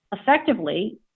Effectively